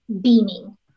beaming